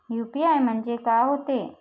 UPI म्हणजे का होते?